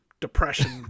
depression